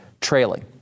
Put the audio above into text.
trailing